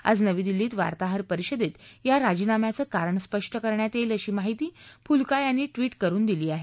आज नवी दिल्लीत वार्ताहर परिषदेत या राजीनाम्यामागचं कारण स्पष्ट करण्यात येईल अशी माहिती फुल्का यांनी ट्वीट करून दिली आहे